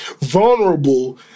vulnerable